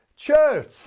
Church